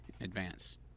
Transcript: advance